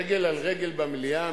רגל על רגל במליאה,